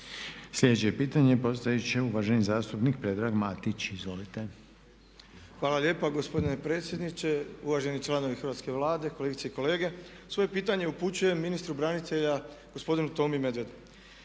Sljedeće pitanje postavit će uvaženi Predrag Matić, izvolite. **Matić, Predrag Fred (SDP)** Hvala lijepa gospodine predsjedniče. Uvaženi članovi Hrvatske vlade, kolegice i kolege svoje pitanje upućujem ministru branitelja gospodinu Tomi Medvedu.